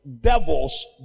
devils